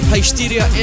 Hysteria